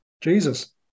Jesus